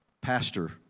Pastor